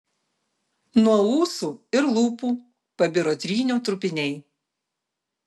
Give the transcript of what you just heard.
nuo ūsų ir lūpų pabiro trynio trupiniai